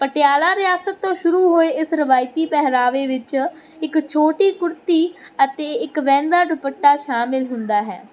ਪਟਿਆਲਾ ਰਿਆਸਤ ਤੋਂ ਸ਼ੁਰੂ ਹੋਏ ਇਸ ਰਵਾਇਤੀ ਪਹਿਰਾਵੇ ਵਿੱਚ ਇੱਕ ਛੋਟੀ ਕੁੜਤੀ ਅਤੇ ਇੱਕ ਵਹਿੰਦਾ ਦੁਪੱਟਾ ਸ਼ਾਮਲ ਹੁੰਦਾ ਹੈ